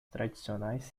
tradicionais